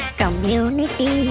community